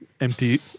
empty